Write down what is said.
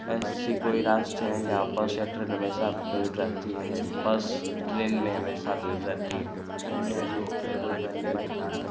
ऐसी कोई रास्ते हैं जहाँ पर से ट्रेन में सा भीड़ रहती है बस ट्रेन में हमेशा भीड़ रहती है ट्रेन में भी ट्रैवल करने के कारण